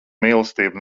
mīlestība